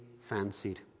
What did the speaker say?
fancied